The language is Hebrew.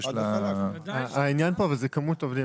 שיש לה- - העניין פה זה כמות עובדים.